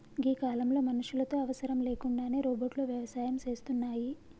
గీ కాలంలో మనుషులతో అవసరం లేకుండానే రోబోట్లు వ్యవసాయం సేస్తున్నాయి